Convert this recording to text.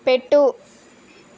పెట్టు